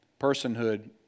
personhood